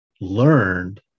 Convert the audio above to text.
learned